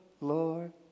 Lord